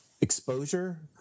exposure